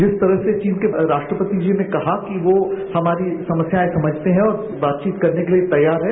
जिस तरह से चीन के राष्ट्रपति षी ने कहा कि वो हमारी समस्यायें समझते हैं और बातचीत करने के लिए तैयार हैं